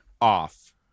off